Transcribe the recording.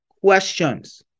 questions